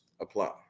apply